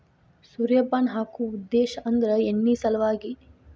ಸೂರ್ಯಪಾನ ಹಾಕು ಉದ್ದೇಶ ಅಂದ್ರ ಎಣ್ಣಿ ಸಲವಾಗಿ